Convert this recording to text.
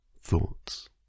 thoughts